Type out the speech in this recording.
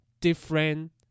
different